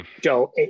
Joe